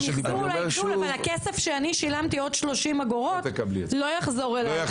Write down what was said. המחזור אולי --- אבל הכסף שאני שילמתי עוד 30 אגורות לא יחזור אליי.